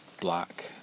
black